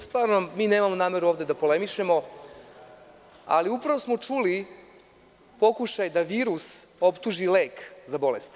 Stvarno nemamo nameru ovde da polemišemo, ali upravo smo čuli pokušaj da virus optuži lek za bolest.